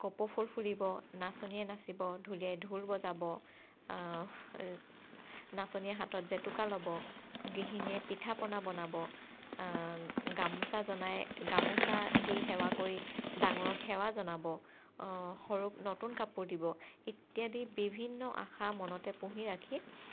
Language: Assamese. কপৌ ফুল ফুলিব নাচনীয়ে নাচিব ঢুলীয়াই ঢোল বজাব নাচনীয়ে হাতত জেতুকা ল'ব গৃহিণীয়ে পিঠা পনা বনাব গামোচা জনাই গামোচা দি সেৱা কৰি ডাঙৰক সেৱা জনাব সৰুক নতুন কাপোৰ দিব ইত্যাদি বিভিন্ন আশা মনতে পুহি ৰাখি